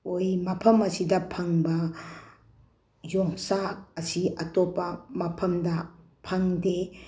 ꯑꯣꯏ ꯃꯐꯝ ꯑꯁꯤꯗ ꯐꯪꯕ ꯌꯣꯡꯆꯥꯛ ꯑꯁꯤ ꯑꯇꯣꯞꯄ ꯃꯐꯝꯗ ꯐꯪꯗꯦ